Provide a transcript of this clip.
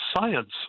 Science